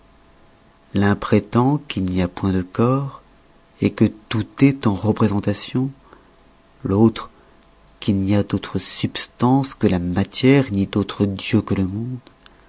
prétend qu'il n'y a point de corps que tout est en représentation l'autre qu'il n'y a d'autre substance que la matière ni d'autre dieu que le monde